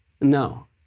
No